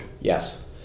Yes